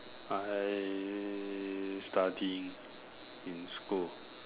I studying in school